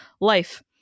life